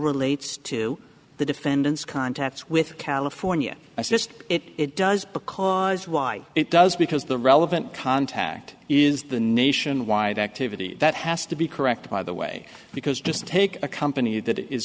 relates to the defendant's contacts with california assist it does because why it does because the relevant contact is the nationwide activity that has to be corrected by the way because just take a company that i